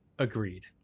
Agreed